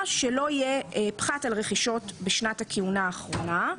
שלא יהיה פחת על רכישות בשנת הכהונה האחרונה.